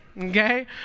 Okay